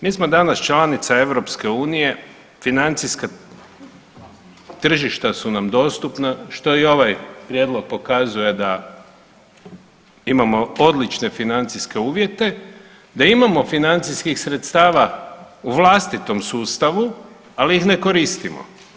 Mi smo danas članica EU, financijska tržišta su nam dostupna, što i ovaj prijedlog pokazuje da imamo odlične financijske uvjete, da imamo financijskih sredstava u vlastitom sustavu, ali ih ne koristimo.